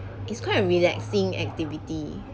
it's quite a relaxing activity